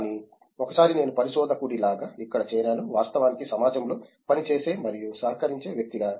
కానీ ఒకసారి నేను పరిశోధకుడిలాగా ఇక్కడ చేరాను వాస్తవానికి సమాజంలో పనిచేసే మరియు సహకరించే వ్యక్తిగా